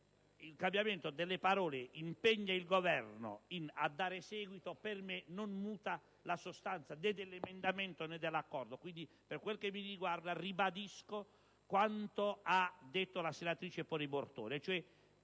cambiamento delle parole «impegna il Governo» con le parole «a dare seguito» per me non muti la sostanza né dell'emendamento né dell'accordo. Pertanto, per quel che mi riguarda, ribadisco quanto ha dichiarato la senatrice Poli Bortone.